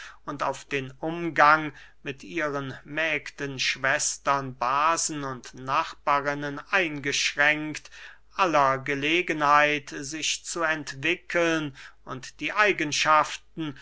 auf den umgang mit ihren mägden schwestern basen und nachbarinnen eingeschränkt aller gelegenheit sich zu entwickeln und die eigenschaften